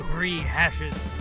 rehashes